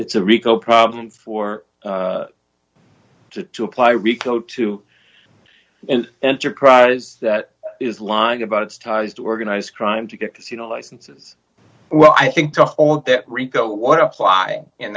it's a rico problem for to to apply rico to an enterprise that is lying about its ties to organized crime to get casino licenses well i think the whole of that rico what apply in